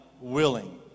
willing